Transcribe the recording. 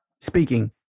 speaking